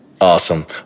awesome